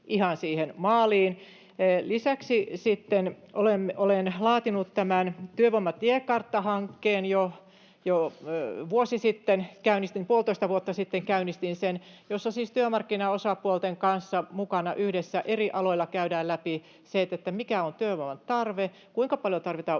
ihan siihen maaliin. Lisäksi sitten olen laatinut tämän Työvoimatiekartta-hankkeen jo vuosi sitten, puolitoista vuotta sitten käynnistin sen. Siinä siis työmarkkinaosapuolten kanssa yhdessä eri aloilla käydään läpi, mikä on työvoiman tarve, kuinka paljon tarvitaan